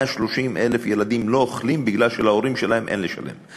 130,000 ילדים לא אוכלים מפני שלהורים שלהם אין יכולת לשלם.